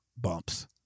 bumps